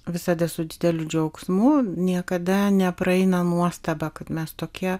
visada su dideliu džiaugsmu niekada nepraeina nuostaba kad mes tokie